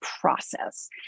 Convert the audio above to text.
process